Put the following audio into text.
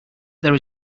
there